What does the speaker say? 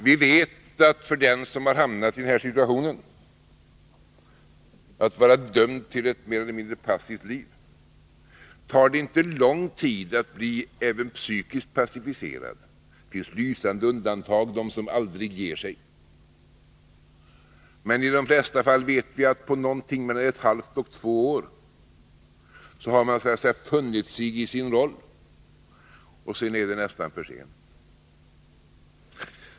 Vi vet att för den som hamnat i situationen att vara dömd till ett mer eller mindre passivt liv tar det inte lång tid att bli även psykiskt passiverad. Det finns lysande undantag, de som aldrig ger sig, men vi vet att i de flesta fall har man efter någonting mellan ett halvt och två år så att säga funnit sig i sin roll, och sedan är det nästan för sent.